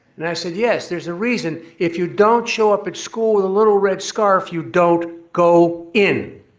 and i said yes, there's a reason. if you don't show up in school with a little red scarf, you don't go in.